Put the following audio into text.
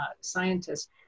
scientists